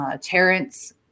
Terrence